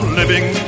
living